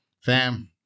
Fam